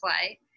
play